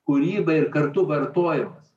kūryba ir kartu vartojimas